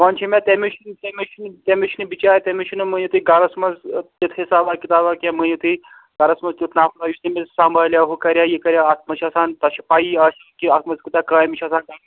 وۄنۍ چھِ مےٚ تٔمِس چھُ تٔمِس چھُ تٔمِس چھُ نہٕ بِچار تٔمِس چھُ نہٕ مٲنِو تُہۍ گَرَس منٛز تٮُ۪تھ حِساباہ کِتاباہ کیٚنٛہہ مٲنِو تُہۍ گَرَس منٛز تٮُ۪تھ نَفرا یُس تٔمِس سمبالہِ ہا ہُہ کَریا یہِ کَریا اَتھ منٛز چھِ آسان تۄہہِ چھِ پَیی اَز کہِ اتھ مَنٛز کوتاہ کامہِ چھِ آسان کَرٕنۍ